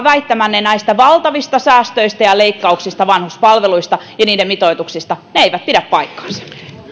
väittämänne näistä valtavista säästöistä ja ja leikkauksista vanhuspalveluista ja niiden mitoituksista eivät pidä paikkaansa